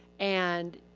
and